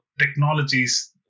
technologies